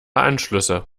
anschlüsse